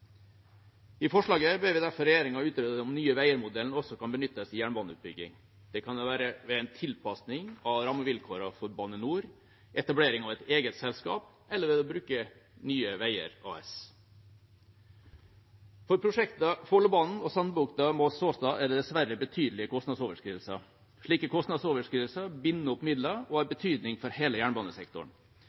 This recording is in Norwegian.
I forslaget ber vi derfor regjeringa utrede om Nye Veier-modellen også kan benyttes i jernbaneutbygging. Det kan være ved en tilpassing av rammevilkårene for Bane NOR, etablering av et eget selskap eller ved å bruke Nye Veier AS. For prosjektene Follobanen og Sandbukta–Moss–Såstad er det dessverre betydelige kostnadsoverskridelser. Slike kostnadsoverskridelser binder opp midler og har betydning for hele jernbanesektoren.